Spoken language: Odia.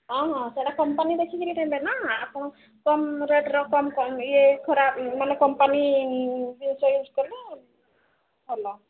ହଁ ହଁ ସେଟା କମ୍ପାନୀ ଦେଖିକି କିଣିବେ ନା ଆପଣ କମ୍ ରେଟ୍ର କମ୍ ଇଏ ଖରାପ ମାନେ କମ୍ପାନୀ ବି ଚେଞ୍ଜ କଲେ ଭଲ